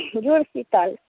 हँ जुड़शीतल